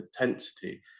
intensity